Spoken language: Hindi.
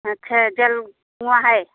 अच्छा जल कुआँ है